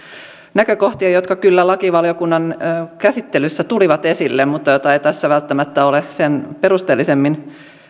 näkökohtia jotka kyllä lakivaliokunnan käsittelyssä tulivat esille mutta joita ei tässä välttämättä ole sen perusteellisemmin